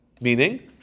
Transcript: Meaning